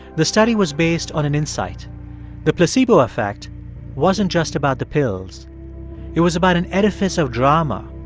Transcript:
the study was based on an insight the placebo effect wasn't just about the pills it was about an edifice of drama,